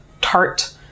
tart